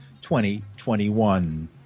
2021